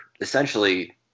essentially